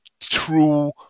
true